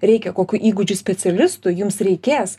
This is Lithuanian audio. reikia kokių įgūdžių specialistų jums reikės